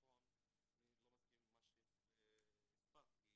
אני לא מסכים עם מה שהוסבר כי